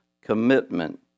commitment